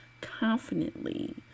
confidently